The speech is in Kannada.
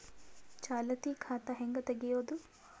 ಚಾಲತಿ ಖಾತಾ ಹೆಂಗ್ ತಗೆಯದು?